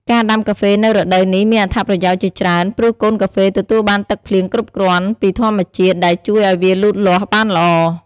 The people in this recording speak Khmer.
ការដាំកាហ្វេនៅរដូវនេះមានអត្ថប្រយោជន៍ជាច្រើន ព្រោះកូនកាហ្វេទទួលបានទឹកភ្លៀងគ្រប់គ្រាន់ពីធម្មជាតិ ដែលជួយឱ្យវាលូតលាស់បានល្អ។